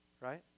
right